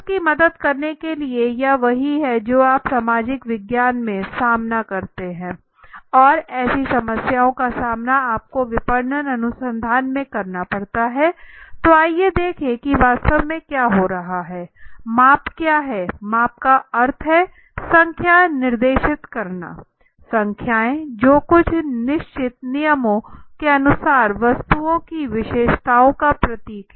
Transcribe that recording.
तो उसकी मदद करने के लिए यह वही है जो आप सामाजिक विज्ञान में सामना करते हैं और ऐसी समस्याओं का सामना आपको विपणन अनुसंधान में करना पड़ता है तो आइए देखें कि वास्तव में क्या हो रहा है माप क्या है माप का अर्थ है संख्या निर्दिष्ट करना संख्याएं जो कुछ निश्चित नियमों के अनुसार वस्तुओं की विशेषताओं का प्रतीक हैं